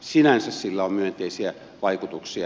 sinänsä sillä on myönteisiä vaikutuksia